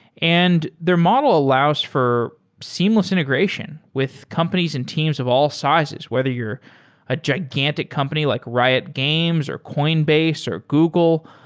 and their model allows for seamless integration with companies and teams of all sizes. whether you're a gigantic company like riot games, or coinbase, or google,